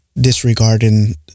disregarding